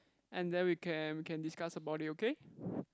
and then we can we can discuss about it okay